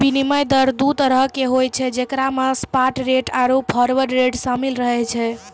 विनिमय दर दु तरहो के होय छै जेकरा मे स्पाट रेट आरु फारवर्ड रेट शामिल छै